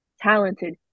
talented